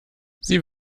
sie